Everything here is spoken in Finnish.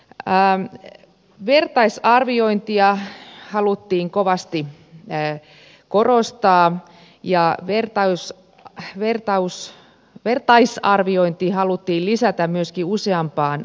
i am the ben aisn arvio vertaisarviointia haluttiin kovasti korostaa ja vertaisarviointi haluttiin lisätä myöskin useampaan kohtaan